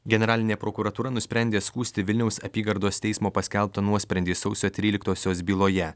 generalinė prokuratūra nusprendė skųsti vilniaus apygardos teismo paskelbtą nuosprendį sausio tryliktosios byloje